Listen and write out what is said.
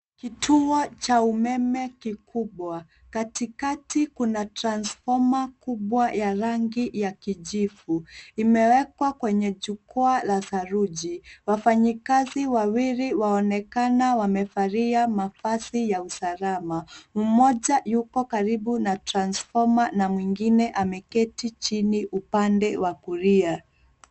Kituo cha umeme kikubwa, katikati kuna transfoma kubwa ya rangi ya kijivu, ime wekwa kwenye jukwa la saruji. Wafanyakazi wawili wanaonekana wakiwa wamevalia mavazi ya usalama, mmoja yuko karibi na transfoma na mwingine ameketi chini upande wa kulia